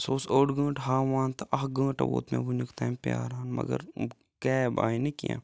سُہ اوس اوٚڈ گٲنٛٹہٕ ہاوان تہٕ اکھ گٲنٛٹہٕ ووت مےٚ وٕنیُکھ تانۍ پیاران مَگَر کیب آیہِ نہٕ کینٛہہ